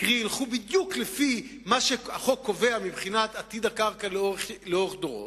קרי ילכו בדיוק לפי מה שהחוק קובע מבחינת עתיד הקרקע לאורך דורות,